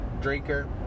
drinker